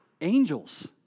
angels